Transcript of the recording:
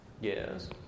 Yes